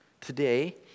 Today